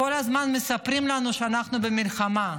כל הזמן מספרים לנו שאנחנו במלחמה.